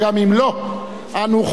אנו חולקים את אותם כבישים,